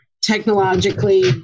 technologically